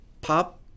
pop